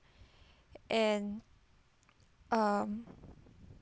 and um